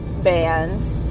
bands